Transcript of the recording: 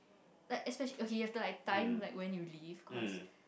like okay you have to like time like when you leave cause